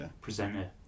presenter